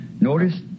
notice